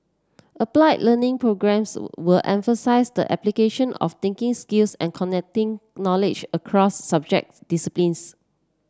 applied Learning programmes will emphasise the application of thinking skills and connecting knowledge across subject disciplines